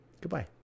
Goodbye